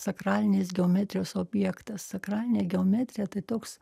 sakralinės geometrijos objektas sakralinė geometrija tai toks